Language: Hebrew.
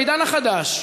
בעידן החדש,